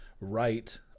right